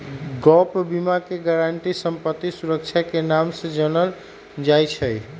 gap बीमा के guarantee संपत्ति सुरक्षा के नाम से जानल जाई छई